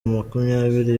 makumyabiri